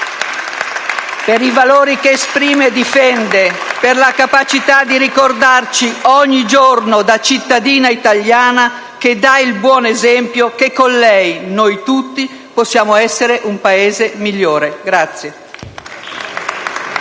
SCpI)*, per i valori che esprime e difende, per la capacità di ricordarci ogni giorno, da cittadina italiana che dà il buon esempio, che con lei noi tutti possiamo essere un Paese migliore.